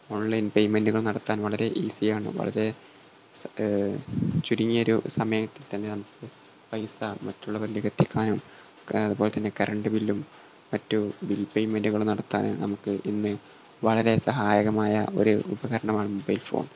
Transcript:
online പേയ്മെൻറ്റുകൾ നടത്താൻ വളരെ ഈസിയാണ് വളരെ ചുരുങ്ങിയൊരു സമയത്തിൽ തന്നെ നമുക്ക് പൈസ മറ്റുള്ളവരിലേക്ക് എത്തിക്കാനും അതു പോലെ തന്നെ കരണ്ട് ബില്ലും മറ്റു ബിൽ പേയ്മെൻറുകളും നടത്താനും നമുക്ക് ഇന്ന് വളരെ സഹായകമായ ഒരു ഉപകരണമാണ് മൊബൈൽ ഫോൺ